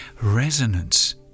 resonance